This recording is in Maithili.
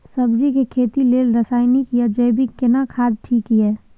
सब्जी के खेती लेल रसायनिक या जैविक केना खाद ठीक ये?